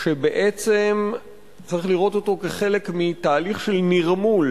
שבעצם צריך לראות אותו כחלק מתהליך של נרמול